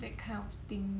that kind of thing